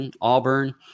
Auburn